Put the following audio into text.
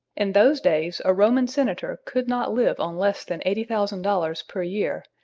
in those days a roman senator could not live on less than eighty thousand dollars per year,